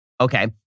okay